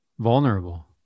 vulnerable